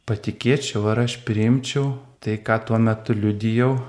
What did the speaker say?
patikėčiau ar aš priimčiau tai ką tuo metu liudijau